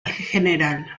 gral